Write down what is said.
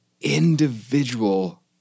individual